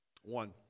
One